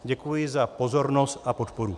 Děkuji za pozornost a podporu.